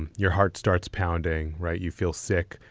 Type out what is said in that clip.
and your heart starts pounding. right. you feel sick.